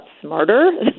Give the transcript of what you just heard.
smarter